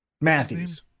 Matthews